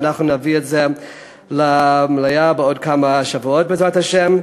ואנחנו נביא את זה למליאה בעוד כמה שבועות בעזרת השם,